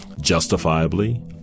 Justifiably